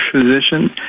physician